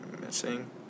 missing